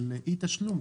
של אי תשלום.